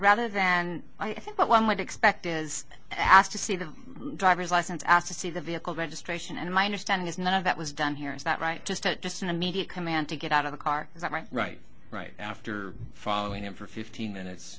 i think what one would expect is asked to see the driver's license ask to see the vehicle registration and my understanding is none of that was done here is that right just just an immediate command to get out of the car is that right right right after following him for fifteen minutes